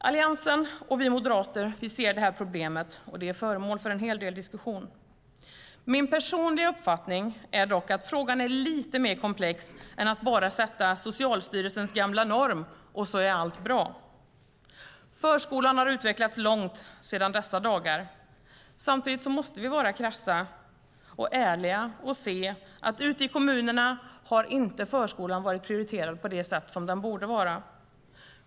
Alliansen och vi moderater ser det här problemet, och det är föremål för en hel del diskussion. Min personliga uppfattning är dock att frågan är lite mer komplex än att bara sätta Socialstyrelsens gamla norm och så är allt bra. Förskolan har utvecklats långt sedan dessa dagar. Samtidigt måste vi vara krassa och ärliga och se att ute i kommunerna har förskolan inte varit prioriterad på det sätt som den borde vara.